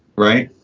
right.